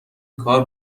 کار